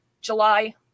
July